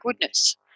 goodness